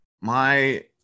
my-